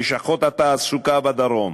לשכות התעסוקה בדרום.